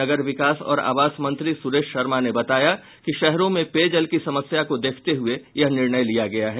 नगर विकास और आवास मंत्री सुरेश शर्मा ने बताया कि शहरों में पेयजल की समस्या को देखते हुए यह निर्णय लिया गया है